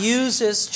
uses